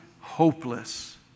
hopeless